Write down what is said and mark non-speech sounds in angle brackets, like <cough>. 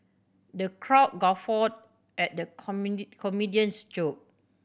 the crowd guffawed at the <unintelligible> comedian's joke